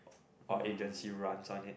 or agency runs on it